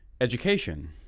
education